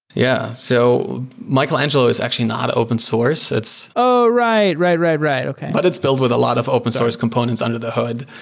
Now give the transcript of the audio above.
yeah. so michelangelo is actually not open source oh! right. right. right. right. okay but it's build with a lot of open source components under the hood,